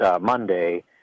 Monday